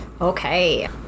Okay